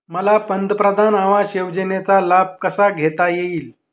मला पंतप्रधान आवास योजनेचा लाभ कसा घेता येईल?